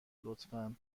لطفا